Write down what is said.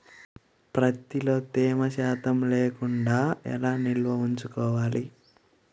ప్రత్తిలో తేమ శాతం లేకుండా ఎలా నిల్వ ఉంచుకోవాలి?